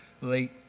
late